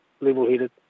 Level-headed